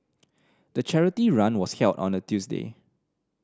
the charity run was held on a Tuesday